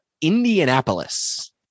Indianapolis